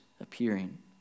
appearing